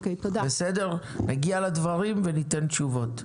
נגיע לדברים וניתן תשובות.